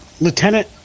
Lieutenant